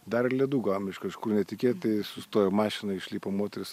dar ir ledų gavom iš kažkur netikėtai sustojo mašina išlipo moteris